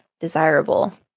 desirable